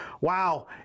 wow